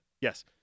Yes